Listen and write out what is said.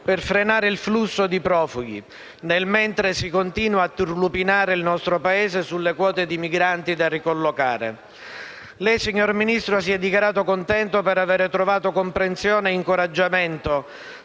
per frenare il flusso di profughi, nel mentre si continua a turlupinare il nostro Paese sulle quote di migranti da ricollocare. Lei, signor Ministro, si è dichiarato contento per aver trovato comprensione e incoraggiamento